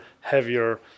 Heavier